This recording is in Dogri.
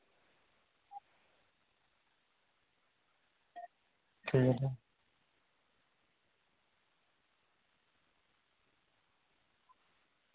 ते फिर